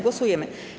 Głosujemy.